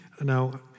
Now